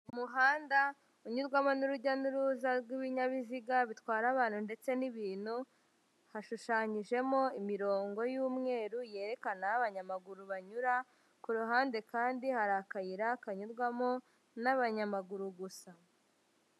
Umuhanda unyurwamo n'urujya n'uruza rw'ibinyabiziga bitwara abantu ndetse n'ibintu, hashushanyijemo imirongo y'umweru yerekana aho abanyamaguru banyura ku ruhande kandi hari akayira kanyurwamo n'abanyamaguru gusa.